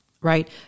right